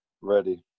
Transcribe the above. ready